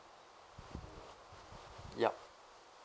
yup